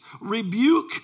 rebuke